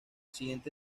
siguiente